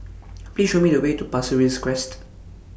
Please Show Me The Way to Pasir Ris Crest